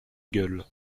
gueule